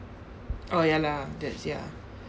oh ya lah that's ya